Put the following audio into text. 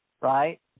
right